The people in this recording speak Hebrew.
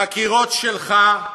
חקירות שלך,